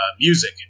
music